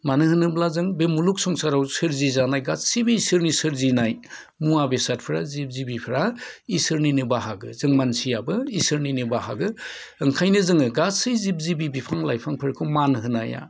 मानोहोनोब्ला जों बे मुलुग संसाराव सोरजिजानाय गासिबो जिबिनि सोरजिनाय मुवा बेसादफोरा जिब जिबिफोरा इसोरनिनो बाहागो जों मानसियाबो इसोरनिनो बाहागो ओंखायनो जोङो गासै जिब जिबि बिफां लाइफांफोरखौ मान होनाया